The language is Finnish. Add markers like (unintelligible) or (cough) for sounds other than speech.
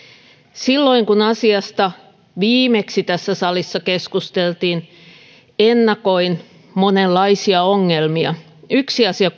silloin kun asiasta viimeksi tässä salissa keskusteltiin ennakoin monenlaisia ongelmia on kuitenkin yksi asia (unintelligible)